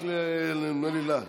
רק לך, נדמה לי.